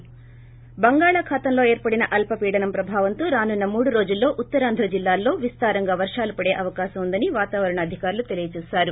ి బంగాళాఖాతంలో ఏర్పడిన అల్పపీడనం ప్రభావంతో రానున్న మూడు రోజుల్లో ఉత్తరాంధ్ర జిల్లాలో విస్తారంగా వర్షాలు పడే అవకాశం ఉందని వాతావరణ అధికారులు తెలిపారు